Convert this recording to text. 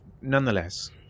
nonetheless